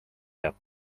peab